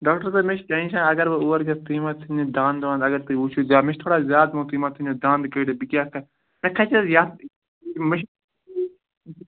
doctor صٲب مےٚ چھُ ٹینشَن اگر بہٕ اور گَژھٕ تُہۍ ما ژھٕنیو دَند وَند اگر تُہۍ وٕچھو زیادٕ مےٚ چھُ تھوڑا زیادٕ پَہَن تُہۍ ما ژھٕنیو دَند کٔڑِتھ بہٕ کیاہ کَرٕ مےٚ کھَسہِ حظ یَتھ مےٚ چھُ